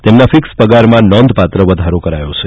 તેમના ફિક્સ પગારમાં નોંધપાત્ર વધારો કરાયો છે